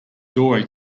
doorway